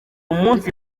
umunsi